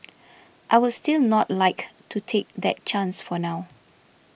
I would still not like to take that chance for now